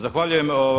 Zahvaljujem.